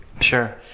Sure